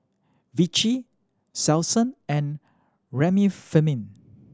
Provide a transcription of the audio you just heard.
Vichy Selsun and Remifemin